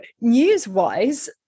news-wise